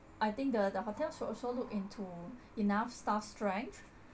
I think the the hotel should also look into enough staff strength